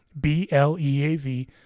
B-L-E-A-V